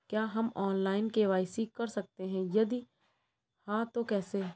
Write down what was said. क्या हम online KYC कर सकते हैं यदि हाँ तो कैसे?